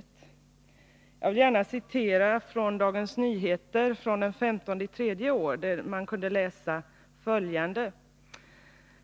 Jag 18 maj 1983 vill gärna citera Dagens Nyheter den 15 mars i år, där man kunde läsa följande: